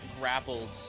grappled